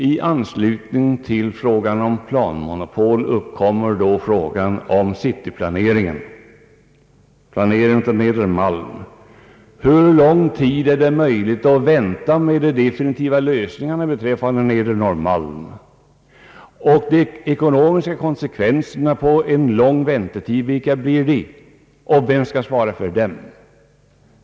I anslutning till frågan om planmonopol tillkommer så problemet med cityplaneringen. Hur länge är det möjligt att vänta med den definitiva planlösningen för Nedre Norrmalm? Vilka blir de ekonomiska konsekvenserna av en lång väntetid, och vem skall svara för dem?